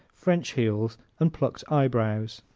french heels and plucked eyebrows.